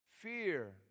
fear